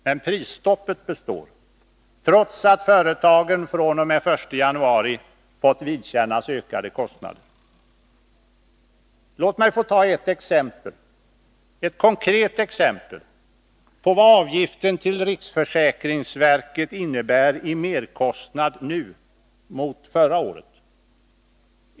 Men prisstoppet består, trots att företagen fr.o.m. den 1 januari fått vidkännas ökade kostnader. Låt mig ta ett exempel, ett konkret sådant, på vad avgiften till riksförsäkringsverket innebär i merkostnad nu i förhållande till förra året.